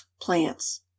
plants